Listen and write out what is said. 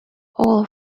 all